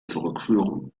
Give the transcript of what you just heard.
zurückführen